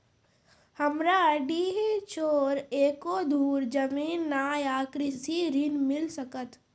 हमरा डीह छोर एको धुर जमीन न या कृषि ऋण मिल सकत?